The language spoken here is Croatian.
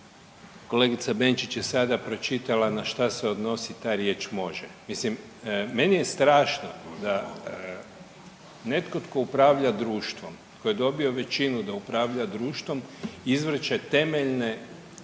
Kolegica Benčić je sada pročitala na šta se odnosi ta riječ može. Mislim meni je strašno da netko tko upravlja društvom, tko je dobio većinu da upravlja društvom izvrće temeljne